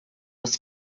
was